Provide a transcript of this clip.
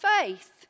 faith